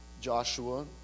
Joshua